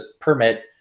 permit